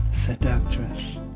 Seductress